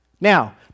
Now